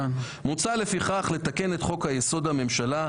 מוצע לפיכך לתקן את חוק-יסוד: הממשלה,